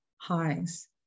highs